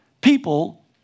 People